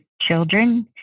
children